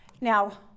Now